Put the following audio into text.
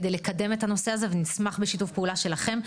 כדי לקדם את הנושא הזה, ונשמח בשיתוף הפעולה שלכם.